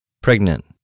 Pregnant